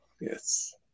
Yes